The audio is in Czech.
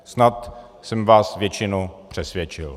Snad jsem vás většinu přesvědčil.